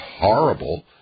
horrible